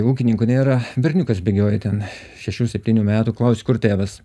ūkininkų nėra berniukas bėgioja ten šešių septynių metų klausiu kur tėvas